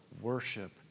worship